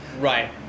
Right